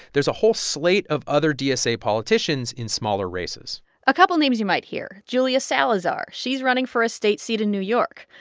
there's a whole slate of other dsa politicians in smaller races a couple of names you might hear julia salazar. she's running for a state seat in new york.